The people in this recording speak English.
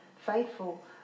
faithful